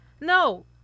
No